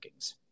rankings